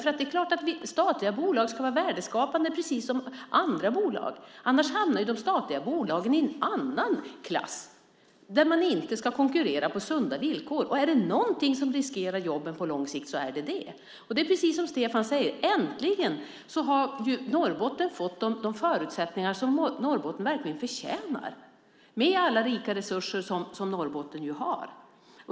Statliga bolag ska vara värdeskapande, precis som andra bolag, annars hamnar de statliga bolagen i en annan klass där man inte ska konkurrera på sunda villkor. Är det någonting som riskerar jobben på lång sikt är det detta. Det är precis som Stefan säger, äntligen har Norrbotten fått de förutsättningar som Norrbotten verkligen förtjänar med alla rika resurser som Norrbotten har.